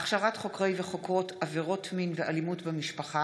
חובת פיקוח של מנהל מעון),